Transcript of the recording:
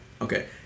Okay